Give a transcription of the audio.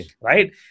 right